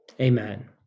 Amen